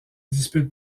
dispute